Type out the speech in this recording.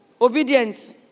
Obedience